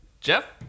Jeff